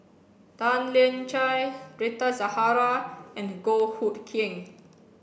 Tan Lian Chye Rita Zahara and Goh Hood Keng